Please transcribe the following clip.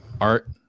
art